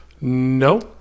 No